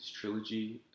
trilogy